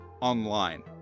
online